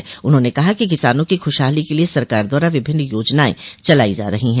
मुख्यमंत्री ने कहा कि किसानों की खुशहाली के लिये सरकार द्वारा विभिन्न योजनाएं चलाई जा रही है